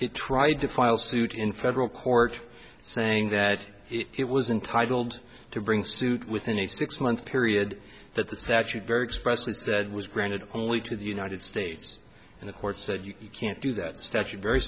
he tried to file suit in federal court saying that it was intitled to bring suit within a six month period that the statute very expressed and said was granted only to the united states and the court said you can't do that statute very